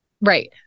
Right